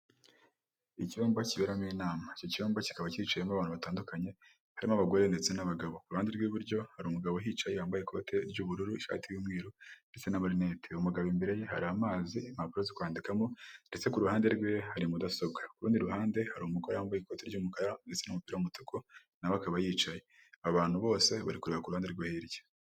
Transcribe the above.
Icyumba kiberamo inama, icyo cyumba kikaba kicimo abantu batandukanye, harimo abagore ndetse n'abagabo, ku ruhande rw'iburyo hari umugabo uhicaye wambaye ikote ry'ubururu, ishati y'umweru ndetse n'amarinete, uyu mugabo imbere ye hari amazi, impapuro zo kwandikamo ndetse ku ruhande rwe hari mudasobwa, ku rundi ruhande hari umugore wambaye ikoti ry'umukara ndetse n'umupira w'umutuku na we akaba yicaye, aba bantu bose bari kureba ku ruhande rwo hirya.